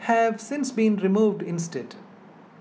have since been removed instead